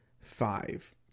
Five